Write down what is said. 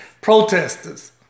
protesters